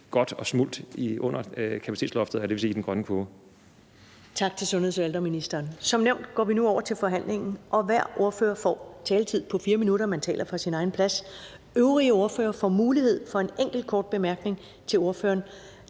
næstformand (Karen Ellemann): Tak til sundheds- og ældreministeren. Som nævnt går vi nu over til forhandlingen, og hver ordfører får en taletid på 4 minutter – man taler fra sin egen plads – og øvrige ordførere får mulighed for en enkelt kort bemærkning til ordføreren.